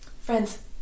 Friends